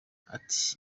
ati